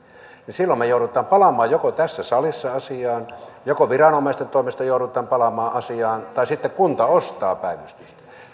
silloin joko me joudumme palaamaan tässä salissa asiaan tai viranomaisten toimesta joudutaan palaamaan asiaan tai sitten kunta ostaa päivystystä